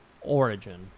Origin